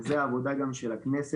וזו העבודה גם של הכנסת,